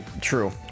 True